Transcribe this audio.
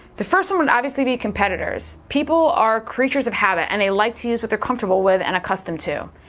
the first one would obviously be competitors, people are creatures of habit and they like to use what they're comfortable with and accustomed to.